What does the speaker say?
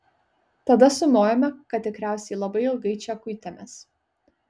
tada sumojome kad tikriausiai labai ilgai čia kuitėmės